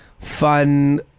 fun